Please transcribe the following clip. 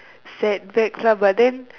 setbacks lah but then